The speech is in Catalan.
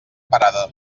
parada